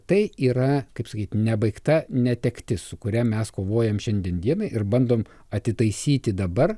tai yra kaip sakyt nebaigta netektis su kuria mes kovojam šiandien dienai ir bandom atitaisyti dabar